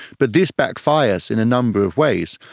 but this backfires in a number of ways.